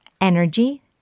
energy